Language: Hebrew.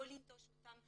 לא לנטוש אותם.